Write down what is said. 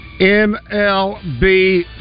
MLB